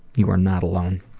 you are not alone.